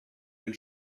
den